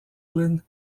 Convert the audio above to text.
dublin